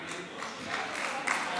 התשפ"ג 2023, נתקבל.